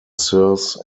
serves